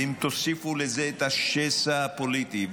ואם תוסיפו לזה את השסע הפוליטי,